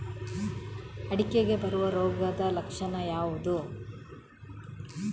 ಅಡಿಕೆಗೆ ಬರುವ ರೋಗದ ಲಕ್ಷಣ ಯಾವುದು?